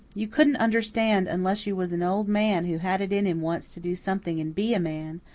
you couldn't understand unless you was an old man who had it in him once to do something and be a man,